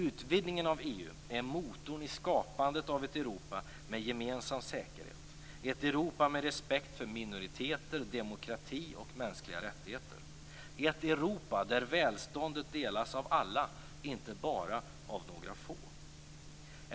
Utvidgningen av EU är motorn i skapandet av ett Europa med gemensam säkerhet, dvs. ett Europa med respekt för minoriteter, demokrati och mänskliga rättigheter - ett Europa där välståndet delas av alla, inte bara av några få.